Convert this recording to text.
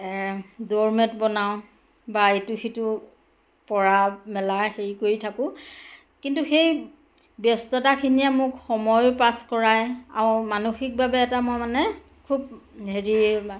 door mat বনাওঁ বা ইটো সিটো পৰা মেলা হেৰি কৰি থাকোঁ কিন্তু সেই ব্যস্ততাখিনিয়ে মোক সময় পাছ কৰাই আৰু মানসিকভাৱে এটা মই মানে খুব হেৰি